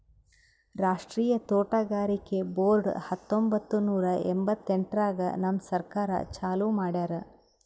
ರಾಷ್ಟ್ರೀಯ ತೋಟಗಾರಿಕೆ ಬೋರ್ಡ್ ಹತ್ತೊಂಬತ್ತು ನೂರಾ ಎಂಭತ್ತೆಂಟರಾಗ್ ನಮ್ ಸರ್ಕಾರ ಚಾಲೂ ಮಾಡ್ಯಾರ್